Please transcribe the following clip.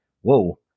whoa